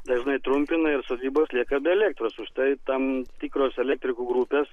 dažnai trumpina ir sodybos lieka be elektros užtai tam tikros elektrikų grupės